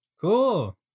cool